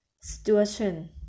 situation